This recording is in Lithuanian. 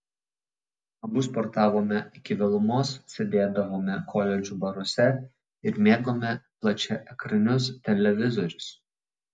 abu sportavome iki vėlumos sėdėdavome koledžų baruose ir mėgome plačiaekranius televizorius